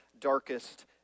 darkest